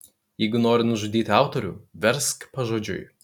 jeigu nori nužudyti autorių versk pažodžiui